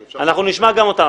אם אפשר --- אנחנו נשמע גם אותם,